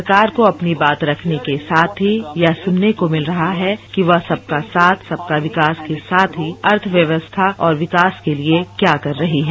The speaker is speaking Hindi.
सरकार को अपनी बात रखने के साथ ही यह सुनने को मिल रहा है कि वह सबका साथ सबका विकास के साथ ही अर्थव्य वस्थास और विकास के लिए क्याा कर रही है